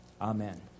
Amen